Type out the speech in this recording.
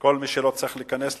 כל מי שלא צריך להיכנס לשם.